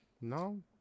No